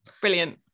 Brilliant